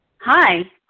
Hi